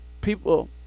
people